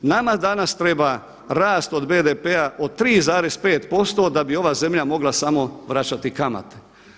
Nama danas treba rast od PDB-a od 3,5% da bi ova zemlja mogla samo vračati kamate.